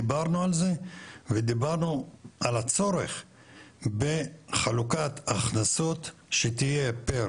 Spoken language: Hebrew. דיברנו על זה ודיברנו על הצורך בחלוקת הכנסות שתהיה פר